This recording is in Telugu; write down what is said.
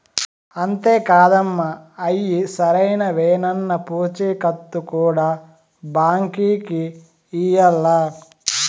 అంతే కాదమ్మ, అయ్యి సరైనవేనన్న పూచీకత్తు కూడా బాంకీకి ఇయ్యాల్ల